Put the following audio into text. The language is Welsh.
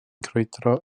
crwydro